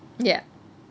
ya